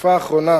בתקופה האחרונה